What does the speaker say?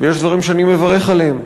ויש דברים שאני מברך עליהם: